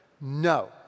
No